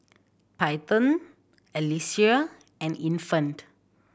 Peyton Alesia and Infant